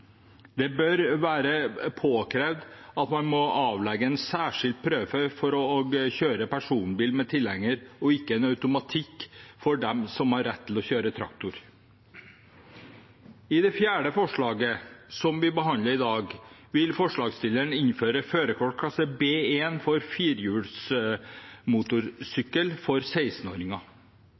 Det bør være påkrevd at man må avlegge en særskilt prøve for å kjøre personbil med tilhenger, og ikke være noen automatikk for dem som har rett til å kjøre traktor. I det fjerde forslaget som vi behandler i dag, vil forslagsstillerne innføre førerkort klasse B1 for firehjulsmotorsykkel for